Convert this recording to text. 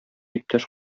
иптәш